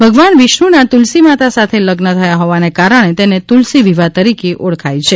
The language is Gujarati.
ભગવાન વિષ્ણુના તુલસી માતા સાથે લગ્ન થયા હોવાને કારણે તેને તુલસી વિવાહ તરીકે ઓળખવામાં આવે છે